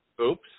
Oops